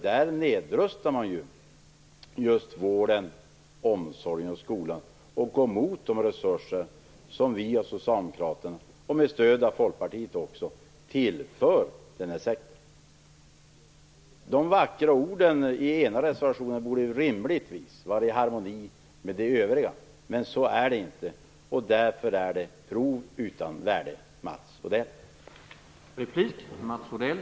Där nedrustas just vården, omsorgen och skolan och går emot de resurser som vi och Socialdemokraterna - med stöd av De vackra orden i reservationen borde rimligtvis vara i harmoni med det övriga. Men så är det inte. Därför är det prov utan värde, Mats Odell.